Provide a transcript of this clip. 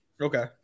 Okay